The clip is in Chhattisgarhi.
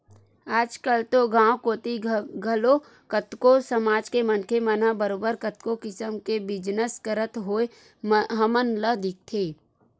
आजकल तो गाँव कोती घलो कतको समाज के मनखे मन ह बरोबर कतको किसम के बिजनस करत होय हमन ल दिखथे